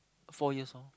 four years lor